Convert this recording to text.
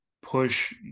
push